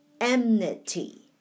enmity